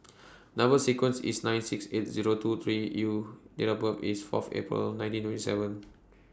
Number sequence IS nine six eight Zero two three U Date of birth IS Fourth April nineteen twenty seven